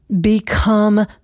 become